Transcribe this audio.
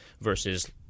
versus